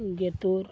ᱜᱮᱛᱩᱨ